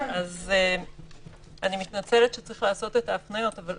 אז אני מתנצלת שצריך לעשות את ההפניות, אבל